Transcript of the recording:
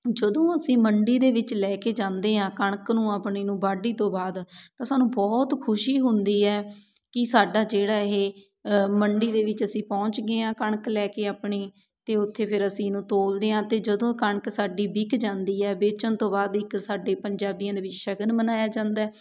ਜਦੋਂ ਅਸੀਂ ਮੰਡੀ ਦੇ ਵਿੱਚ ਲੈ ਕੇ ਜਾਂਦੇ ਹਾਂ ਕਣਕ ਨੂੰ ਆਪਣੀ ਨੂੰ ਵਾਢੀ ਤੋਂ ਬਾਅਦ ਤਾਂ ਸਾਨੂੰ ਬਹੁਤ ਖੁਸ਼ੀ ਹੁੰਦੀ ਹੈ ਕਿ ਸਾਡਾ ਜਿਹੜਾ ਇਹ ਮੰਡੀ ਦੇ ਵਿੱਚ ਅਸੀਂ ਪਹੁੰਚ ਗਏ ਹਾਂ ਕਣਕ ਲੈ ਕੇ ਆਪਣੀ ਅਤੇ ਉੱਥੇ ਫਿਰ ਅਸੀਂ ਇਹਨੂੰ ਤੋਲਦੇ ਹਾਂ ਅਤੇ ਜਦੋਂ ਕਣਕ ਸਾਡੀ ਵਿਕ ਜਾਂਦੀ ਹੈ ਵੇਚਣ ਤੋਂ ਬਾਅਦ ਇੱਕ ਸਾਡੇ ਪੰਜਾਬੀਆਂ ਦੇ ਵਿੱਚ ਸ਼ਗਨ ਮਨਾਇਆ ਜਾਂਦਾ ਹੈ